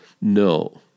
no